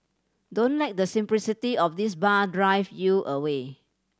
don't let the simplicity of this bar drive you away